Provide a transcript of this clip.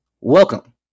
welcome